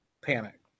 panic